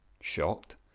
shocked